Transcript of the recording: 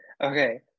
Okay